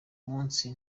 munsi